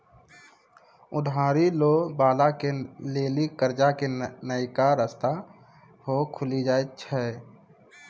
उधारी लै बाला के लेली कर्जा के नयका रस्ता सेहो खुलि जाय छै